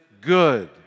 good